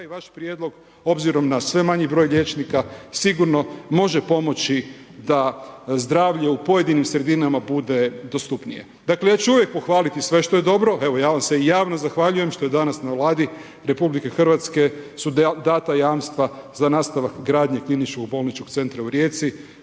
vaš prijedlog obzirom na sve manji broj liječnika, sigurno može pomoći da zdravlje u pojedinim sredinama bude dostupnije. Dakle, ja ću uvijek pohvaliti sve što je dobro, evo ja vam se i javno zahvaljujem što je danas na Vladi RH su dana jamstva za nastavak gradnje KBC-a u Rijeci